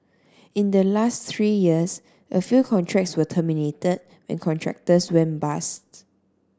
in the last three years a few contracts were terminated when contractors went bust